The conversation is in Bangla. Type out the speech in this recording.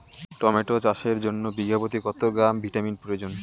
টমেটো চাষের জন্য বিঘা প্রতি কত গ্রাম ভিটামিন প্রয়োজন?